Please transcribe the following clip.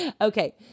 Okay